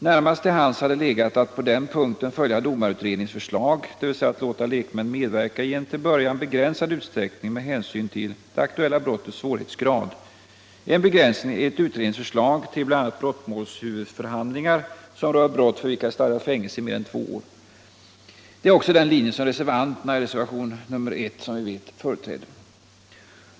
Närmast till hands hade legat att på denna punkt följa domarutredningens förslag, dvs. att låta lekmän medverka i en till en början begränsad utsträckning med hänsyn till det aktuella brottets svårighetsgrad — en begränsning enligt utredningens förslag till bl.a. brottmålshuvudförhandlingar som rör brott för vilka är stadgat fängelse i mer än två år. Det är också den linje som reservanterna i reservationen 1 företräder.